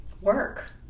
work